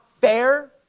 fair